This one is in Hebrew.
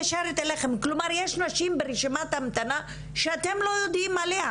כלומר יש נשים ברשימת המתנה שאתם לא יודעים עליה.